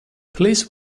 please